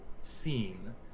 scene